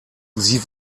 sie